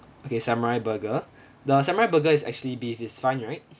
okay samurai burger the samurai burger is actually beef it's fine right